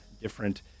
different